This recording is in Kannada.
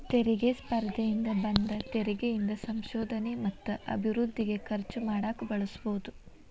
ತೆರಿಗೆ ಸ್ಪರ್ಧೆಯಿಂದ ಬಂದ ತೆರಿಗಿ ಇಂದ ಸಂಶೋಧನೆ ಮತ್ತ ಅಭಿವೃದ್ಧಿಗೆ ಖರ್ಚು ಮಾಡಕ ಬಳಸಬೋದ್